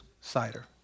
cider